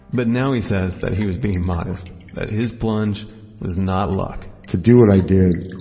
but now he says that he was being modest, that his plunge was not luck to do what i did,